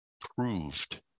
proved